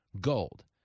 gold